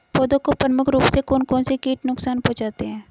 पौधों को प्रमुख रूप से कौन कौन से कीट नुकसान पहुंचाते हैं?